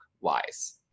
wise